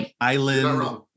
island